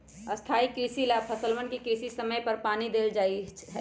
स्थाई कृषि ला फसलवन के सही समय पर पानी देवल जा हई